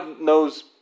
knows